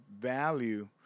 value